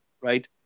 right